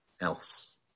else